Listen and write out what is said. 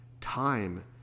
Time